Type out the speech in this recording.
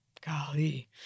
Golly